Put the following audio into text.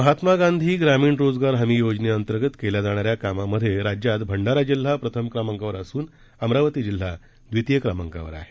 महात्मा गांधी ग्रामीण रोजगार हमी योजनेंतर्गत केल्या जाणा या कामामध्ये राज्यात भंडारा जिल्हा प्रथम क्रमांकावर असून अमरावती जिल्हा द्वितीय क्रमाकांवर आहे